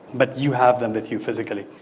but you have them with you physically.